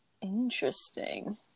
Interesting